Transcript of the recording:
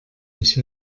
mich